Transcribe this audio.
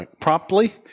promptly